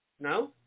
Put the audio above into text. No